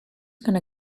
gonna